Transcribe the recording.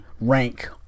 rank